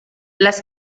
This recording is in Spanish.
las